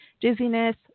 dizziness